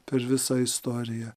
per visą istoriją